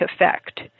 effect